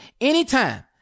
anytime